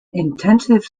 intensive